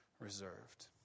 reserved